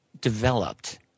developed